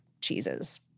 cheeses